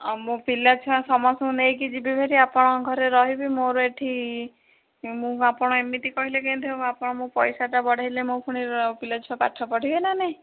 ଓ ମୁଁ ପିଲାଛୁଆ ସମସ୍ତଙ୍କୁ ନେଇକି ଯିବି ଭେରି ଆପଣଙ୍କ ଘରେ ରହିବି ମୋର ଏଇଠି ମୁଁ ଆପଣ ଏମିତି କହିଲେ କେମିତି ହବ ଆପଣ ମୋ ପଇସାଟା ବଢ଼ାଇଲେ ମୁଁ ଫୁଣି ପିଲାଛୁଆ ପାଠ ପଢ଼ିବେ ନା ନାହିଁ